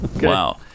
Wow